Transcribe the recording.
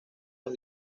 las